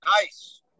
Nice